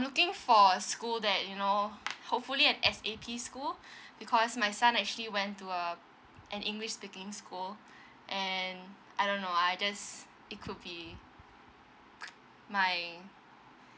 looking for a school that you know hopefully an S_A_P because my son actually went to uh an english speaking school and I don't know I just it could be my